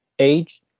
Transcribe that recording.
age